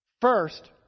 First